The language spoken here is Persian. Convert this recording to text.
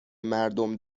مردم